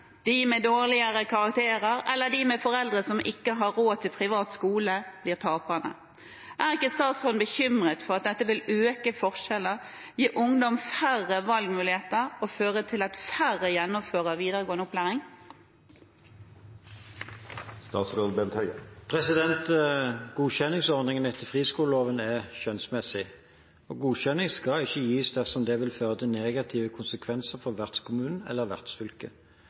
de med dårlige karakterer eller de med foreldre som ikke har råd til privat skole, er taperne. Er ikke statsråden bekymret for at dette vil øke forskjeller, gi ungdom færre valgmuligheter og føre til at færre gjennomfører videregående opplæring?» Godkjenningsordningen etter friskoleloven er skjønnsmessig. Godkjenning skal ikke gis dersom det vil få negative konsekvenser for vertskommunen eller vertsfylket.